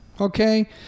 okay